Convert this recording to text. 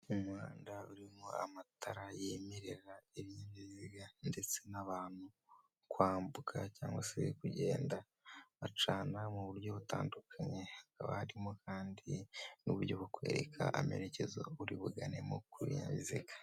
Umuhanda urimo amatara yemererera ibinyabiziga ndetse n'abantu kwambuka cyangwa se kugenda acana mu buryo butandukanye hakaba harimo kandi n'uburyo bwo kwereka amerekezo buri buganemo ku binyabiziga.